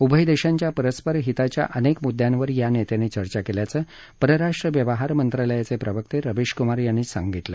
उभय देशांच्या परस्पर हिताच्या अनेक मुद्यांवर या नेत्यांनी चर्चा केल्याचं परराष्ट्र व्यवहार मंत्र्यालयाचे प्रवक्ते रवीश कुमार यांनी सांगितलं